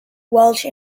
welch